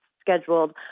scheduled